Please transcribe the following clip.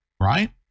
right